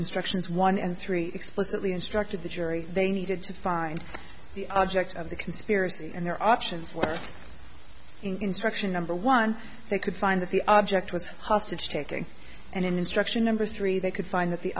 instructions one and three explicitly instructed the jury they needed to find the object of the conspiracy and their options for instruction number one they could find that the object was hostage taking and instruction number three they could find that the